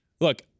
look